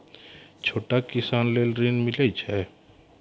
छोटा किसान लेल ॠन मिलय छै?